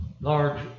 large